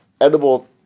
edible